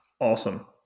Awesome